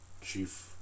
chief